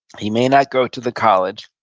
he may not go to the college